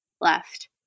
left